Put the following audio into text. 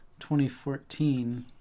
2014